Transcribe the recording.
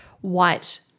white